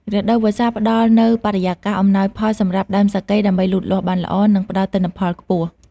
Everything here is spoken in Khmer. រដូវវស្សាផ្ដល់នូវបរិយាកាសអំណោយផលសម្រាប់ដើមសាកេដើម្បីលូតលាស់បានល្អ និងផ្ដល់ទិន្នផលខ្ពស់។